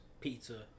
pizza